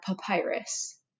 papyrus